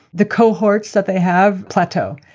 the cohorts that they have plateaued.